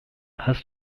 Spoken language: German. hast